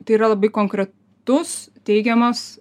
tai yra labai konkretus teigiamas